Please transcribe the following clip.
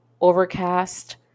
Overcast